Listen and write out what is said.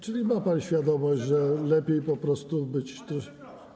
Czyli ma pan świadomość, że lepiej po prostu być.